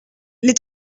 les